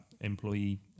employee